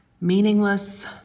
Meaningless